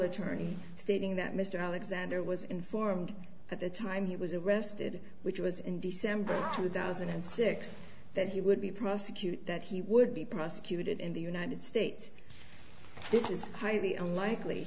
attorney stating that mr alexander was informed at the time he was arrested which was in december two thousand and six that he would be prosecuted that he would be prosecuted in the united states this is highly unlikely